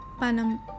Panam